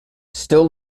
still